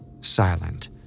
silent